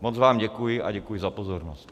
Moc vám děkuji a děkuji za pozornost.